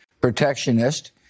protectionist